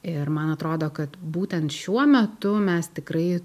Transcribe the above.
ir man atrodo kad būtent šiuo metu mes tikrai